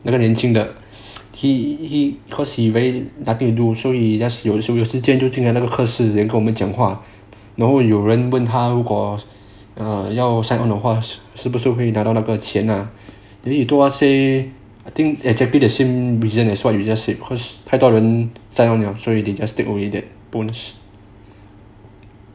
那个年轻的 he cause he very nothing to do so 优势将就进来那个课室跟我们讲话然后有人问他如果要 sign on 的话是不是会拿到那个钱 lah then he told us say say I think exactly the same reason as what you just said cause 太多人在 sign on 了所以 they just take away the bonus